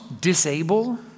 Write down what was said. disable